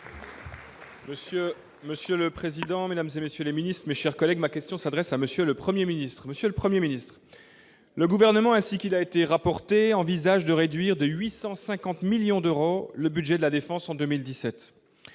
Monsieur le président, Mesdames et messieurs les ministres, mes chers collègues, ma question s'adresse à monsieur le 1er ministre monsieur le 1er ministre le gouvernement ainsi qu'il a été rapporté envisage de réduire de 850 millions d'euros, le budget de la Défense en 2017,